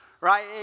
right